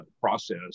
process